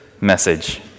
message